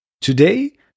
Today